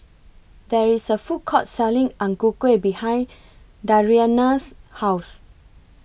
There IS A Food Court Selling Ang Ku Kueh behind Dariana's House